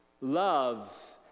love